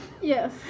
Yes